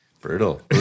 Brutal